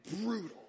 brutal